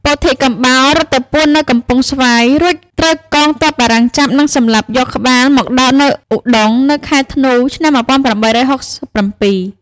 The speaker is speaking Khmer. ពោធិកំបោររត់ទៅពួននៅកំពង់ស្វាយ រួចត្រូវកងទ័ពបារាំងចាប់ និងសម្លាប់យកក្បាលមកដោតនៅឧដុង្គនៅខែធ្នូ ឆ្នាំ ១៨៦៧។